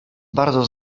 bardzo